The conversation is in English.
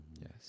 Yes